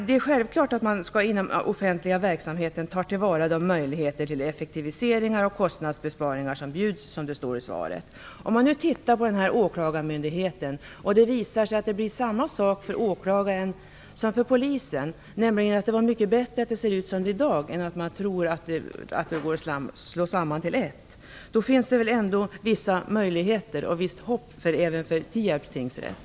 Det är klart att man inom den offentliga verksamheten skall ta till vara de möjligheter till effektiviseringar och kostnadsbesparingar som bjuds, som det anförs i svaret. Om man kommer fram till samma slutsats för åklagaren som för polisen, nämligen att det är mycket bättre att det ser ut som det gör i dag än att slå samman myndigheterna till en, så finns det väl ändå vissa möjligheter och visst hopp även för Tierps tingsrätt?